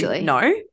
no